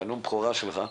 בנאום הבכורה שלך,